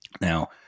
Now